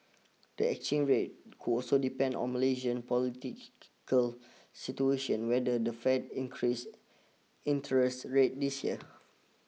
the exchange rate could also depend on Malaysian political situation whether the Fed increases interest rates this year